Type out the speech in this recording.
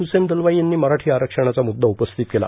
हुसेन दलवाई यांनी मराठा आरबणाचा मुद्दा उपस्थित केला